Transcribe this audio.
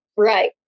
Right